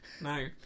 No